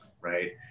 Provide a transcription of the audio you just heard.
right